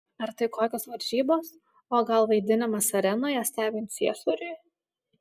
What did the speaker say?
ar tai kokios varžybos o gal vaidinimas arenoje stebint ciesoriui